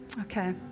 Okay